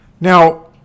Now